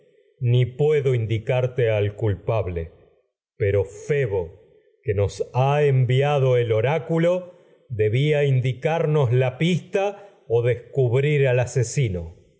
ni puedo nos in dicarte al culpable pero febo que ha enviado el oráculo debía indicarnos la pista o edipo descubrir al asesino